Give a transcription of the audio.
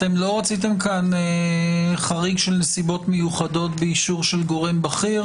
אתם לא רוצים חריג של נסיבות מיוחדות באישור של גורם בכיר?